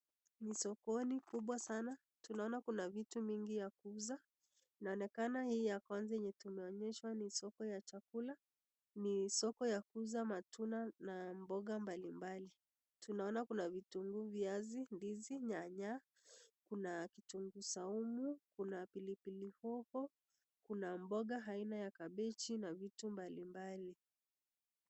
Ni sokoni kubwa sana, tunaona kuna vitu mingi ya kuuza, inaonekana hii ya kwanza tumeonyeshwa ni soko ya chakula, ni soko ya kuuza matunda na mboga mbalimbali, tunaona kuna vitungu, viazi, ndizi, nyanya, kuna kitungu saumu, kuna pilipili hoho, kuna mboga aina ya kabechi na vitu mbalimbali.